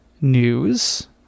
news